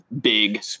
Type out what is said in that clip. Big